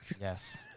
Yes